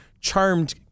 Charmed